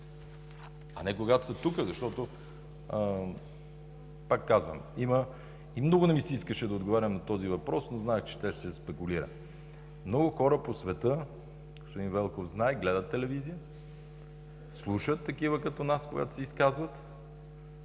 а не когато са тук. Пак казвам, много не ми се искаше да отговарям на този въпрос, но знаех, че ще се спекулира. Много хора по света, господин Велков знае, гледат телевизия, слушат такива като нас, когато се изказват,